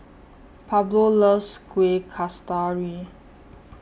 Pablo loves Kuih Kasturi